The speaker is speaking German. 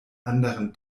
anderen